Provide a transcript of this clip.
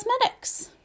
Cosmetics